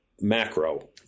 macro